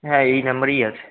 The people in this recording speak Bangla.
হ্যাঁ এই নাম্বারেই আছে